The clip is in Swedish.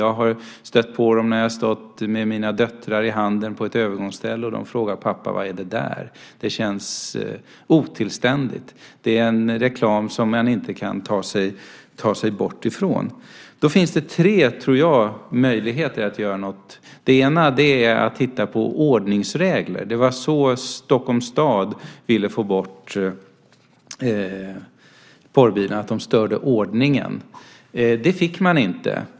Jag har stött på dem när jag stått med mina döttrar på ett övergångsställe, och de har frågat: Pappa, vad är det där? Det känns otillständigt. Det är en reklam som man inte kan ta sig bort från. Det finns, tror jag, tre möjligheter att göra något. Den första är att titta på ordningsreglerna. Det var så Stockholms stad ville få bort porrbilarna, alltså för att de störde ordningen. Det fick de emellertid inte.